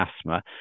asthma